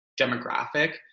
demographic